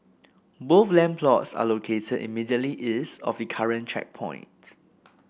both land plots are located immediately east of the current checkpoint